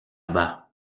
bas